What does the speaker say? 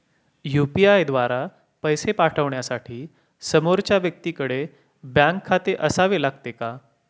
UPI द्वारा पैसे पाठवण्यासाठी समोरच्या व्यक्तीकडे बँक खाते असावे लागते का?